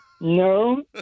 No